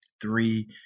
three